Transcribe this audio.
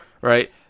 right